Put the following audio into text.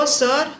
sir